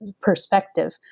perspective